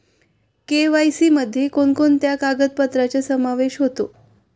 KYC मध्ये कोणकोणत्या कागदपत्रांचा समावेश होतो?